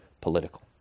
political